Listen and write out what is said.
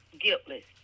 guiltless